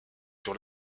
sur